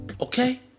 Okay